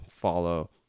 follow